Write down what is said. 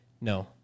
No